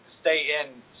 stay-in